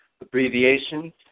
abbreviations